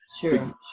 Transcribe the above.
Sure